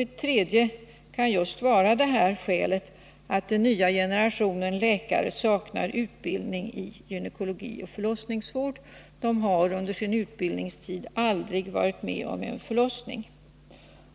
Ett tredje skäl kan vara just att den nya generationen läkare saknar utbildning i gynekologi och förlossningsvård. De har under sin utbildningstid kanske aldrig varit med om en förlossning.